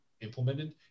implemented